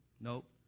Nope